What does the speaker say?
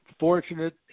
fortunate